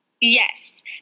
Yes